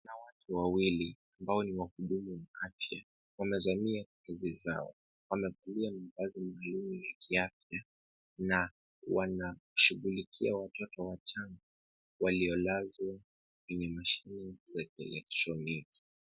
Kuna watu wawili ambao ni wahudumu wa afya, wamezamia kwa kazi zao. Wamevalia mavazi maalum ya kiafya na wanashughulikia watoto wachanga, waliolazwa kwenye mashine za kielektroniki.